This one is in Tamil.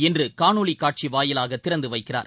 இன்று காணொலி காட்சி வாயிலாக திறந்து வைக்கிறார்